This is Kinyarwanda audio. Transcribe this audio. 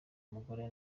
umugore